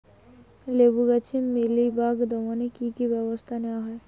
লেবু গাছে মিলিবাগ দমনে কী কী ব্যবস্থা নেওয়া হয়?